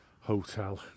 hotel